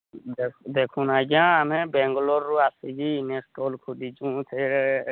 ଦେଖନ୍ତୁ ଆଜ୍ଞା ଆମେ ବେଙ୍ଗଲୋର୍ରୁ ଆସିକି ଏନେ ଷ୍ଟଲ୍ ଖୋଲିଛୁ ସେ